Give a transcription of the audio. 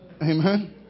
Amen